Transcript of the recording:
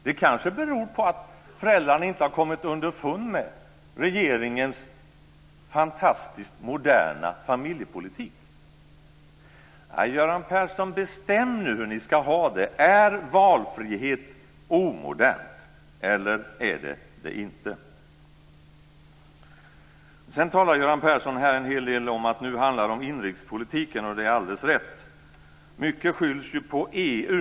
Det kanske beror på att föräldrarna inte har kommit underfund med regeringens fantastiskt moderna familjepolitik. Göran Persson, bestäm nu hur ni ska ha det. Är valfrihet omodernt eller inte? Sedan talade Göran Persson en hel del om att det nu handlar om inrikespolitiken, och det är alldeles rätt. Mycket skylls ju på EU.